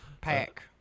pack